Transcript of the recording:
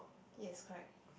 yes correct